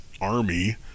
army